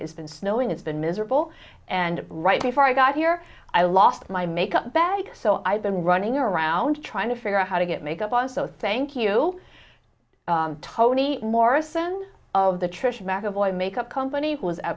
has been snowing it's been miserable and right before i got here i lost my makeup bag so i've been running around trying to figure out how to get makeup on so thank you toni morrison of the trish mcevoy makeup company who was a